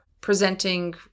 presenting